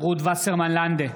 רות וסרמן לנדה,